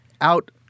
out